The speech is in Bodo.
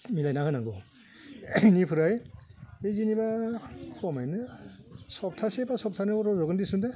मिलायना होनांगौ बेनिफ्राय जेनेबा खमैनो सप्तासे बा सप्तानैआव रज'गोन सनदे